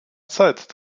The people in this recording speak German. zeit